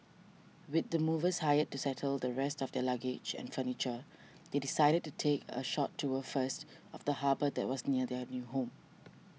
with the movers hired to settle the rest of their luggage and furniture they decided to take a short tour first of the harbour that was near their new home